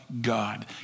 God